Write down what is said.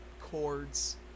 chords